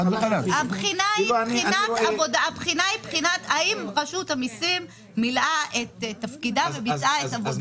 הבחינה היא האם רשות המיסים מילאה את תפקידה וביצעה את עבודתה.